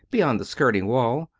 beyond the skirting wall,